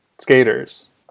Skaters